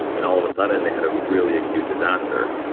and all of a sudden they had a really acute disaster.